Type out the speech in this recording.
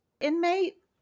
inmate